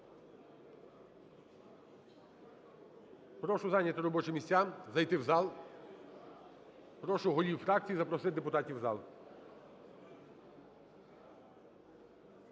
Прошу зайняти робочі місця, зайти в зал. Прошу голів фракцій запросити депутатів в зал.